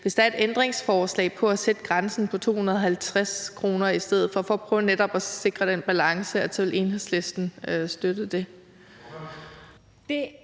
hvis der er et ændringsforslag om at sætte grænsen på 250 kr. i stedet for – for at prøve netop at sikre den balance – så vil Enhedslisten støtte det?